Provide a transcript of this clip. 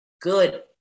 good